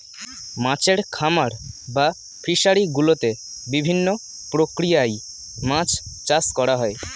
মাছের খামার বা ফিশারি গুলোতে বিভিন্ন প্রক্রিয়ায় মাছ চাষ করা হয়